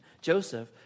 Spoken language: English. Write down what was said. Joseph